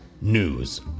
news